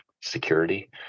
security